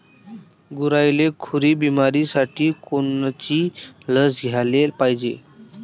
गुरांइले खुरी बिमारीसाठी कोनची लस द्याले पायजे?